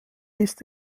ist